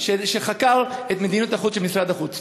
שחקר את מדיניות החוץ של משרד החוץ.